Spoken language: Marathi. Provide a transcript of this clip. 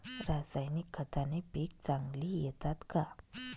रासायनिक खताने पिके चांगली येतात का?